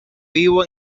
vivo